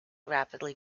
rapidly